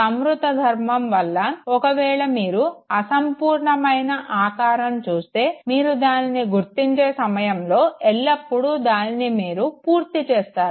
సంవృత ధర్మం వల్ల ఒకవేళ మీరు అసంపూర్ణమైన ఆకారం చూస్తే మీరు దానిని గుర్తించే సమయంలో ఎల్లప్పుడు దానిని మీరు పూర్తి చేస్తారు